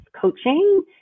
coaching